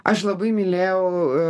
aš labai mylėjau